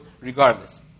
regardless